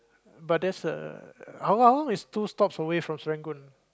but that's a Hougang is two stops away from Serangoon